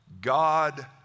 God